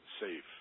safe